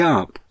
up